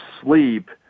sleep